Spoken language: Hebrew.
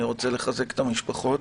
אני רוצה לחזק את המשפחות.